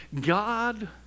God